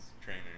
trainer